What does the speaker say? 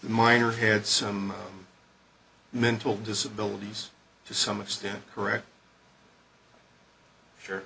minor had some mental disabilities to some extent correct sure